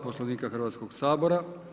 Poslovnika Hrvatskog sabora.